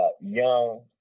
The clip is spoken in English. young